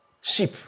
sheep